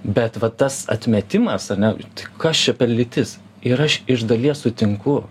bet va tas atmetimas ar ne tai kas čia per lytis ir aš iš dalies sutinku